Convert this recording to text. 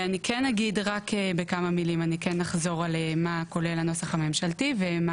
אני אחזור על מה כולל הנוסח הממשלתי ומה